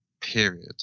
period